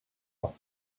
ans